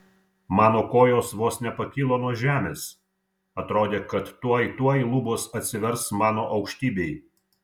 mano kojos vos nepakilo nuo žemės atrodė kad tuoj tuoj lubos atsivers mano aukštybei